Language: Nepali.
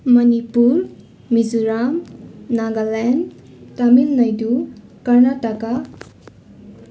मणिपुर मिजोरम नागाल्यान्ड तामिलनाडू कर्नाटका